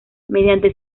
mediante